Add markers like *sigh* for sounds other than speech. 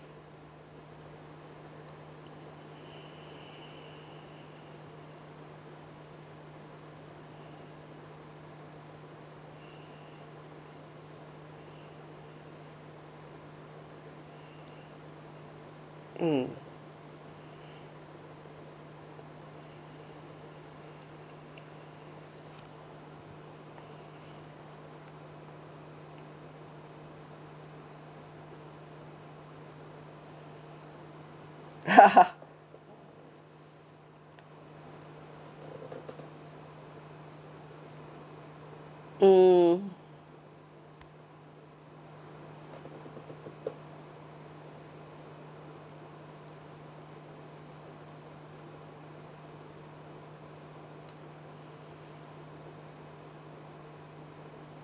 mm *laughs* mm